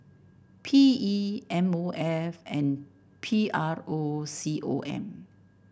P E M O F and P R O C O M